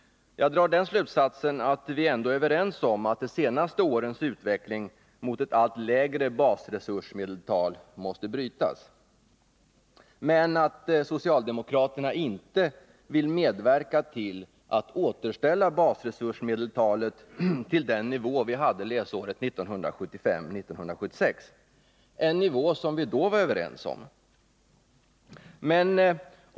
Jag drar den slutsatsen att vi ändå är överens om att de senaste årens utveckling mot ett allt lägre basresursmedeltal måste brytas, men att socialdemokraterna inte vill medverka till att återställa basresursmedeltalet till den nivå vi hade läsåret 1975/1976— en nivå som vi då var överens om.